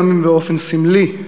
גם אם באופן סמלי,